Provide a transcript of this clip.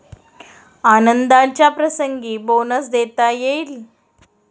आनंदाच्या प्रसंगी बोनस देता येईल